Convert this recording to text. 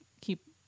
keep